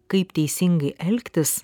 kaip teisingai elgtis